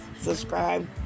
subscribe